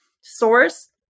source